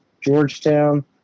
Georgetown